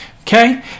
okay